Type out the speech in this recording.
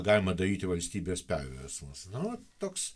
galima daryti valstybės perversmus nu toks